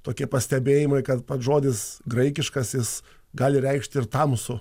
tokie pastebėjimai kad pats žodis graikiškasis gali reikšti ir tamsų